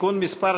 (תיקון מס'